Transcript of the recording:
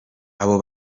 abo